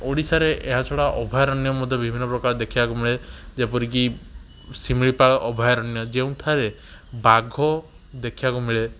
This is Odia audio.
ଓଡ଼ିଶାରେ ଏହାଛଡ଼ା ଅଭୟାରଣ୍ୟ ମଧ୍ୟ ବିଭିନ୍ନ ପ୍ରକାର ଦେଖିବାକୁ ମିଳେ ଯେପରିକି ଶିମିଳିପାଳ ଅଭୟାରଣ୍ୟ ଯେଉଁଠାରେ ବାଘ ଦେଖିବାକୁ ମିଳେ